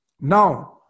Now